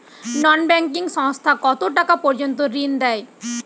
নন banking সংস্থা কতটাকা পর্যন্ত ঋণ দেয়?